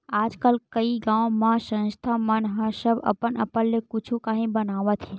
आजकल कइ गाँव म संस्था मन ह सब अपन अपन ले कुछु काही बनावत हे